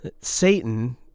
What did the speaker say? Satan